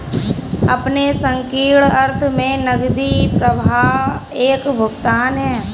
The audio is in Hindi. अपने संकीर्ण अर्थ में नकदी प्रवाह एक भुगतान है